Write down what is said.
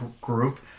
group